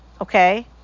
Okay